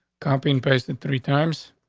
copy and pasted three times